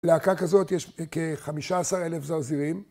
להקה כזאת יש כ-15 אלף זרזירים.